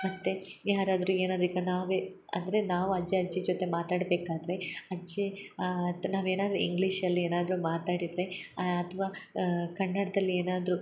ಮತ್ತು ಯಾರಾದರು ಏನಾದರು ಈಗ ನಾವೇ ಅಂದರೆ ನಾವು ಅಜ್ಜ ಅಜ್ಜಿ ಜೊತೆ ಮಾತಾಡ್ಬೇಕಾದರೆ ಅಜ್ಜಿ ತ್ ನಾವು ಏನಾದರು ಇಂಗ್ಲೀಷಲ್ಲಿ ಏನಾದರು ಮಾತಾಡಿದರೆ ಅಥ್ವಾ ಕನ್ನಡ್ದಲ್ಲಿ ಏನಾದರು